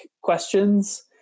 questions